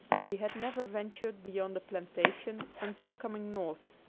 she had never ventured beyond a plantation until coming north.